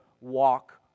walk